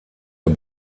der